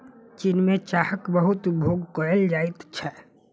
चीन में चाहक बहुत उपभोग कएल जाइत छै